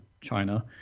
China